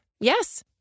Yes